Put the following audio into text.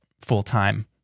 full-time